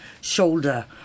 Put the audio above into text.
shoulder